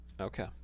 okay